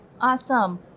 Awesome